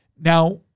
Now